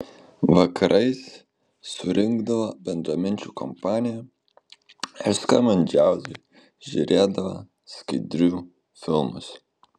vakarais surinkdavo bendraminčių kompaniją ir skambant džiazui žiūrėdavo skaidrių filmus